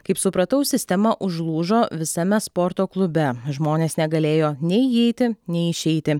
kaip supratau sistema užlūžo visame sporto klube žmonės negalėjo nei įeiti nei išeiti